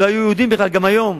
לא היו יהודים בכלל גם היום.